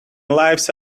life